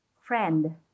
Friend